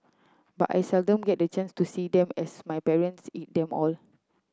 but I seldom get the chance to see them as my parents eat them all